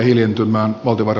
arvoisa puhemies